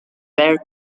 bear